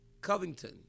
Covington